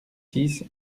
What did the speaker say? six